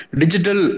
digital